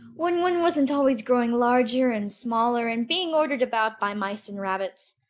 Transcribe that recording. when one wasn't always growing larger and smaller, and being ordered about by mice and rabbits.